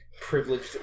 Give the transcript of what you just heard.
privileged